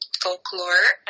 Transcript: folklore